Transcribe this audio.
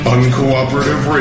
Uncooperative